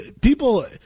People